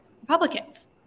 Republicans